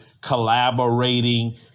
collaborating